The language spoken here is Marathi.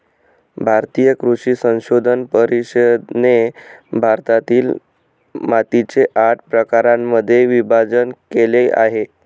भारतीय कृषी संशोधन परिषदेने भारतातील मातीचे आठ प्रकारांमध्ये विभाजण केले आहे